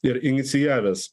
ir inicijavęs